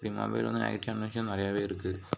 இப்படி மொபைலில் வந்து நெகட்டிவ்வான விஷயம் நிறையவே இருக்கு